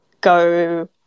go –